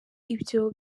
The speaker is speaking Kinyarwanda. ibyo